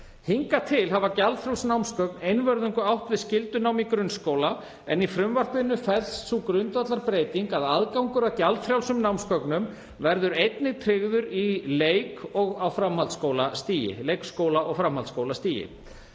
Hingað til hafa gjaldfrjáls námsgögn einvörðungu átt við skyldunám í grunnskóla en í frumvarpinu felst sú grundvallarbreyting að aðgangur að gjaldfrjálsum námsgögnum verður einnig tryggður á leikskóla- og framhaldsskólastigi.